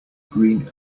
green